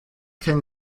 can